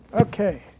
Okay